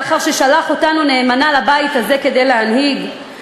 לאחר ששלח אותנו לבית הזה כדי להנהיג אותו נאמנה?